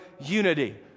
unity